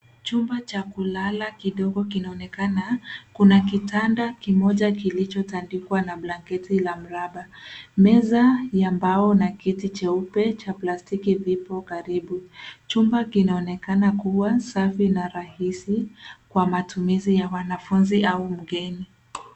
Chumba cha kulala kidogo kinaonekana. Kuna kitanda kimoja kilichotandikwa na blanketi la mraba Meza ya mbao na kiti cheupe cha plastiki kipo karibu. Chumba kinaonekana kuwa safi na rahisi kwa matumizi ya mwanafunzi au mgeni.